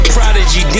Prodigy